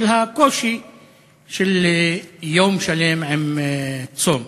בשל הקושי ביום שלם של צום.